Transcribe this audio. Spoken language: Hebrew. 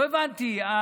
לא הבנתי,